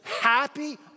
happy